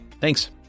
Thanks